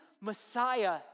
Messiah